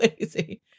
lazy